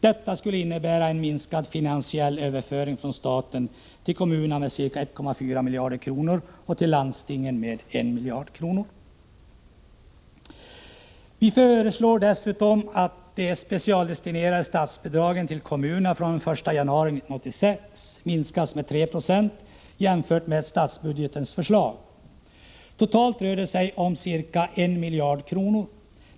Detta skulle innebära en minskad finansiell överföring från staten till kommunerna med ca 1,4 miljarder kronor och till landstingen med 1 miljard kronor. Vi föreslår dessutom att de specialdestinerade statsbidragen till kommunerna fr.o.m. den 1 januari 1986 minskas med 3 26 jämfört med statsbudgetens förslag. Totalt rör det sig om ca 1 miljard kronor.